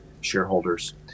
shareholders